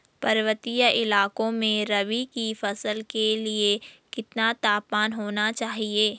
पर्वतीय इलाकों में रबी की फसल के लिए कितना तापमान होना चाहिए?